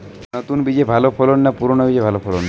নতুন বীজে ভালো ফলন না পুরানো বীজে ভালো ফলন?